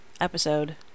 episode